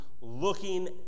looking